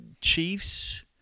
Chiefs